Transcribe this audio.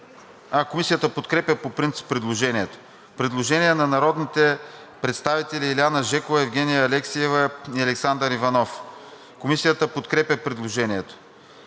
Комисията подкрепя по принцип предложението. Предложение на народните представители Илиана Жекова, Евгения Алексиева и Александър Иванов. Комисията подкрепя предложението.